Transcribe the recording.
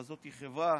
אבל זאת חברה